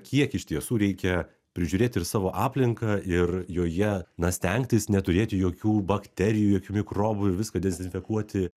kiek iš tiesų reikia prižiūrėt ir savo aplinką ir joje na stengtis neturėti jokių bakterijų jokių mikrobų viską dezinfekuoti